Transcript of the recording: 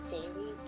Daily